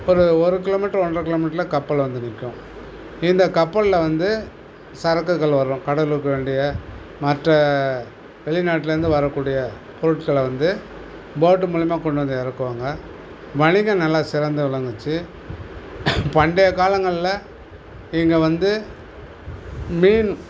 ஒரு ஒரு கிலோமீட்டர் ஒன்றரை கிலோமீட்டரில் கப்பல் வந்து நிற்கும் இந்த கப்பலில் வந்து சரக்குகள் வரும் கடலுக்கு வேண்டிய மற்ற வெளிநாட்டுலேருந்து வரக்கூடிய பொருட்களை வந்து போட்டு மூலிமா கொண்டு வந்து இறக்கிவாங்க வணிகம் நல்லா சிறந்து விளங்குச்சு பண்டைய காலங்களில் இங்கே வந்து மீன்